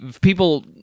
people